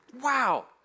wow